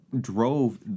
drove